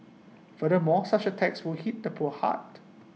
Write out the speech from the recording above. furthermore such A tax will hit the poor hard